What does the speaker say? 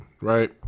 right